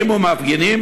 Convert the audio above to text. באים ומפגינים